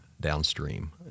downstream